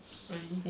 really